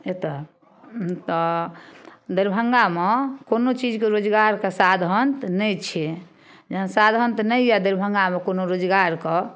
एतऽ तऽ दरभंगामे कोनो चीजकऽ रोजगारकऽ साधन नहि छै जेना साधन तऽ नहि अइ दरभंगामे कोनो रोजगारके